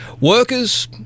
workers